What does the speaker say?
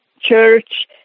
church